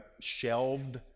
shelved